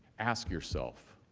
ask yourself,